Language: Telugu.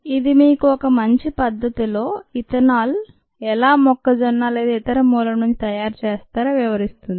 ఇది మీకు ఒక మంచి పద్ధతిలో ఇథనాల్ ఎలా మొక్కజొన్న లేదా ఇతర మూలం నుండి తయారు చేస్తారో వివరిస్తుంది